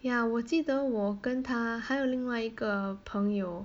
ya 我记得我跟他还有另外一个朋友